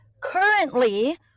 currently